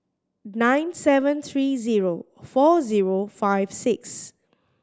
nine seven three zero four zero five six